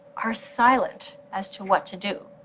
are silent as to what to do.